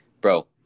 bro